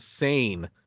insane